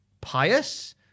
pious